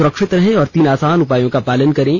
सुरक्षित रहें और तीन आसान उपायों का पालन करें